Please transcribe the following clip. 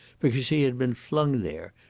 because she had been flung there,